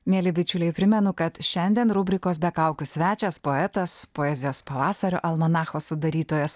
mieli bičiuliai primenu kad šiandien rubrikos be kaukių svečias poetas poezijos pavasario almanacho sudarytojas